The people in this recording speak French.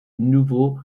nouveau